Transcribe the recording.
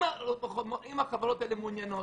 אם החברות האלה מעוניינות,